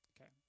Okay